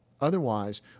Otherwise